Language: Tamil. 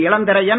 இளந்திரையன்